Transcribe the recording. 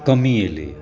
कमी एलैए